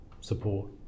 support